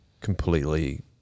completely